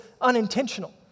unintentional